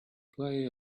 play